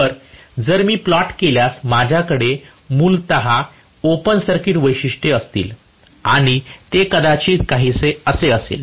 तर जर मी प्लॉट केल्यास माझ्याकडे मूलत ओपन सर्किट वैशिष्ट्ये असतील आणि ते कदाचित काहीसे असे असेल